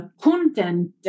content